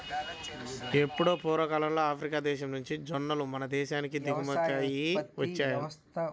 ఎప్పుడో పూర్వకాలంలోనే ఆఫ్రికా దేశం నుంచి జొన్నలు మన దేశానికి దిగుమతయ్యి వచ్చాయంట